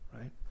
Right